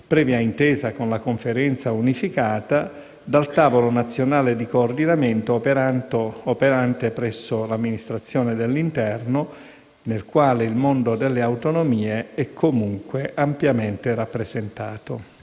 previa intesa con la Conferenza unificata, dal tavolo nazionale di coordinamento operante presso l'Amministrazione dell'interno, nel quale il mondo delle autonomie locali è comunque ampiamente rappresentato.